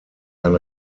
ein